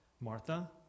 Martha